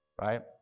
right